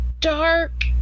dark